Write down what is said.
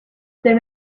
them